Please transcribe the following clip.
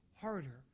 harder